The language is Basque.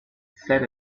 zer